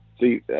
See